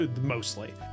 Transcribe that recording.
mostly